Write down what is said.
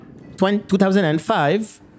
2005